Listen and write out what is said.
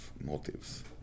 motives